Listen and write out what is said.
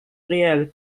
réelles